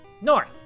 north